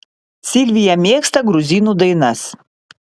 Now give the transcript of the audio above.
silvija mėgsta gruzinų dainas